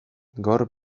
gaur